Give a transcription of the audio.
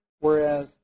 whereas